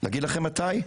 להגיד לכם מתי?